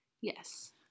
Yes